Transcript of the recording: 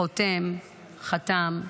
חותם, חתם,